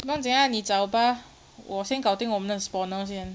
不用紧 ah 你找吧我先搞定我们的 spawner 先